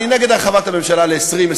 אני נגד הרחבת הממשלה ל-20,